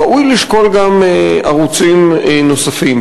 ראוי לשקול גם ערוצים נוספים,